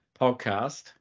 podcast